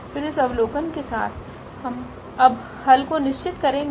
फिर इस अवलोकन के साथ हम अब हल को निश्चित करेंगे